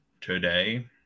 today